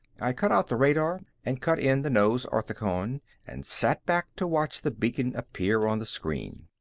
i cut out the radar and cut in the nose orthicon and sat back to watch the beacon appear on the screen.